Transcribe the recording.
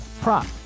prop